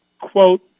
quote